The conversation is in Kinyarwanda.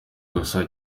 gusa